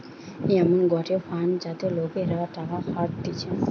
এমন গটে ফান্ড যাতে লোকরা টাকা খাটাতিছে